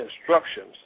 instructions